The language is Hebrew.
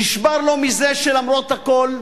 נשבר לו מזה שלמרות הכול,